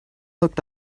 looked